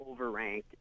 overranked